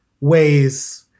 ways